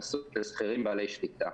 שכירים בעלי שליטה